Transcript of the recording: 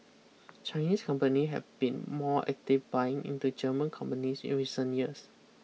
Chinese company have been more active buying into German companies in recent years